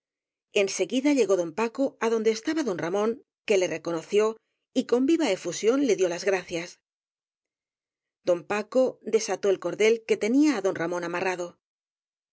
en seguida llegó don paco á donde estaba don ramón que le reconoció y con viva efusión le dió las gracias don paco desató el cordel que tenía á don ra món amarrado